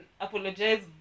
apologize